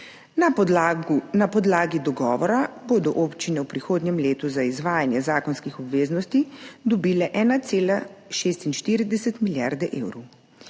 Na podlagi dogovora bodo občine v prihodnjem letu za izvajanje zakonskih obveznosti dobile 1,46 milijarde evrov.